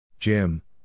Jim